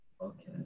okay